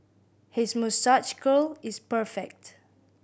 his moustache curl is perfect